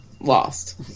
lost